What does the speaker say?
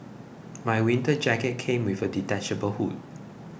my winter jacket came with a detachable hood